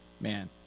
man